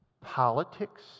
politics